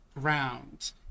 ground